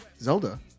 Zelda